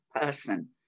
person